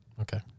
Okay